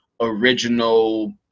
original